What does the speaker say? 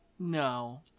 No